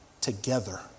together